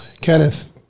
Kenneth